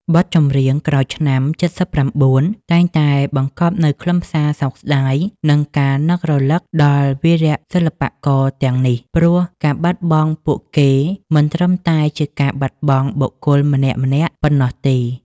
បទចម្រៀងក្រោយឆ្នាំ ៧៩ តែងតែមានបង្កប់នូវខ្លឹមសារសោកស្តាយ និងការនឹករលឹកដល់វីរសិល្បករទាំងនេះ ព្រោះការបាត់បង់ពួកគេមិនត្រឹមតែជាការបាត់បង់បុគ្គលម្នាក់ៗប៉ុណ្ណោះទេ។